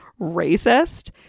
racist